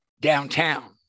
downtown